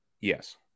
Yes